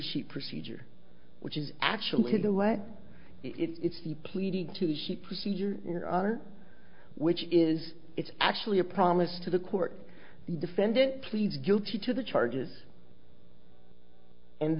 she procedure which is actually the way it's the pleading to she procedure which is it's actually a promise to the court the defendant pleads guilty to the charges and